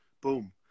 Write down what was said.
boom